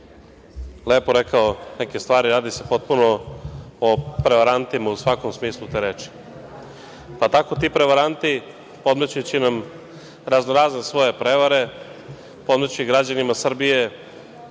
lepo rekao neke stvari, radi se potpuno o prevarantima, u svakom smislu te reči. Pa tako, ti prevaranti podmećući nam razno razne svoje prevare, podmeću građanima Srbije,